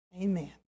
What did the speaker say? Amen